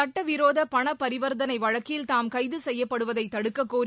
சட்டவிரோத பணப்பரிவர்த்தனை வழக்கில் தாம் கைது செய்யப்படுவதை தடுக்கக்கோரி